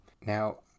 Now